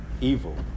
evil